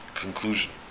conclusion